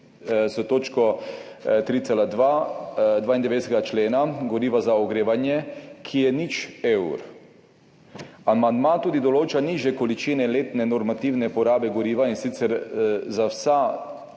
s točko 3.2 92. člena Goriva za ogrevanje, ki je 0 EUR. Amandma tudi določa nižje količine letne normativne porabe goriva, in sicer za vsa